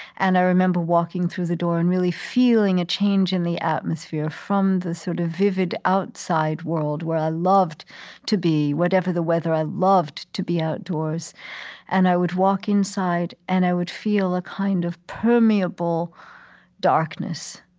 and i remember walking through the door and really feeling a change in the atmosphere from the sort of vivid outside world, where i loved to be whatever the weather, i loved to be outdoors and i would walk inside, and i would feel a kind of permeable darkness.